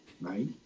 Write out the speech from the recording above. right